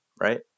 right